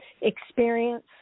experience